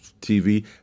TV